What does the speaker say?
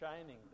shining